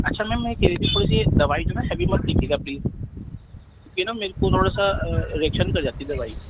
اچھا میم میں یہ کہہ رہی تھی تھوڑی سی دوائی نا ہیوی مت لکھیے گا پلیز کیوںکہ میرے کو تھوڑا سا ری ایکشن کر جاتی ہے دوائی